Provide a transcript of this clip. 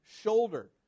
shoulder